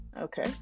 Okay